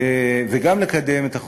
וגם לקדם את החוק.